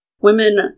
women